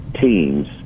teams